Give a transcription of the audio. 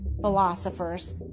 philosophers